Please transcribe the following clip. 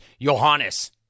Johannes